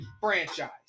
franchise